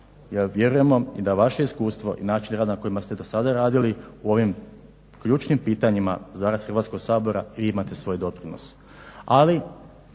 jer vjerujemo da vaše iskustvo i način rada na koji ste do sada radili u ovim ključnim pitanjima za rad Hrvatskog sabora vi imate svoj doprinos.